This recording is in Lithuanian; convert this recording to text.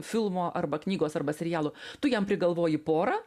filmo arba knygos arba serialo tu jam prigalvoji porą